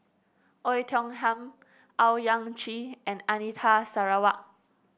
Oei Tiong Ham Owyang Chi and Anita Sarawak